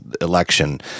election